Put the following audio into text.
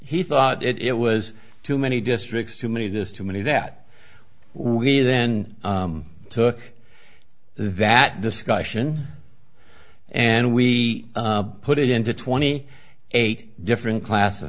he thought it was too many districts too many this too many that we then took that discussion and we put it into twenty eight different class